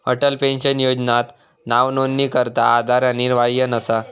Atal pension योजनात नावनोंदणीकरता आधार अनिवार्य नसा